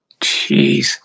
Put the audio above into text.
Jeez